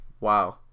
Wow